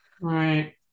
Right